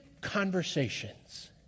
conversations